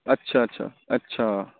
अच्छा अच्छा अच्छा